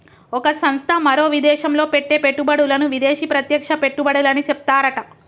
ఒక సంస్థ మరో విదేశంలో పెట్టే పెట్టుబడులను విదేశీ ప్రత్యక్ష పెట్టుబడులని చెప్తారట